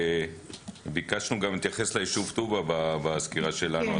ביקשנו להתייחס לישוב טובא בסקירה שלנו,